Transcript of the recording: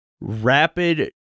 rapid